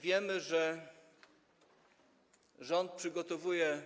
Wiemy też, że rząd przygotowuje